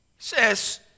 Says